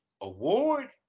award